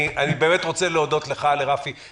אני באמת רוצה להודות לך ולרפי מירון.